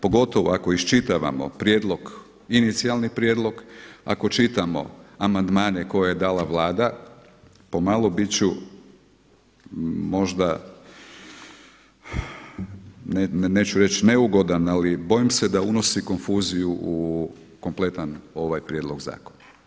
Pogotovo ako iščitavamo prijedlog, inicijalni prijedlog, ako čitamo amandmane koje je dala Vlada, pomalo biti ću možda, neću reći neugodan ali bojim se da unosi konfuziju u kompletan ovaj prijedlog zakona.